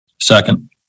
Second